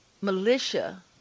militia